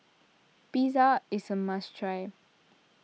Pizza is a must try